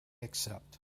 accept